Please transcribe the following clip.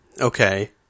Okay